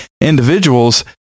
individuals